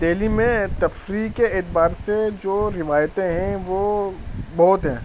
دہلی میں تفریح کے اعتبار سے جو روایتیں ہیں وہ بہت ہیں